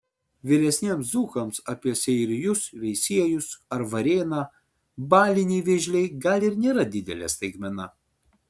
vyresniems dzūkams apie seirijus veisiejus ar varėną baliniai vėžliai gal ir nėra didelė staigmena